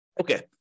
Okay